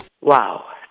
Wow